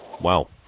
Wow